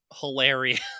hilarious